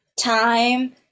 time